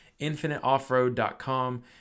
Infiniteoffroad.com